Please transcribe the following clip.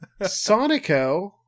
Sonico